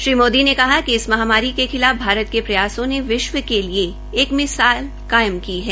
श्री मोदी ने कहा कि इस महामारी के खिलाफ भारत के प्रयासों ने विश्व के लिए एक मिसाल कायम की है